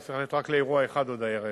אני צריך ללכת רק לאירוע אחד עוד הערב,